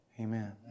Amen